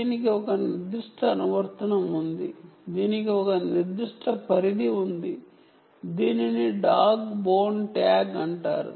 దీనికి ఒక నిర్దిష్ట అనువర్తనం ఉంది దీనికి ఒక నిర్దిష్ట రేంజ్ ఉంది దీనిని డాగ్ బోన్ ట్యాగ్ అంటారు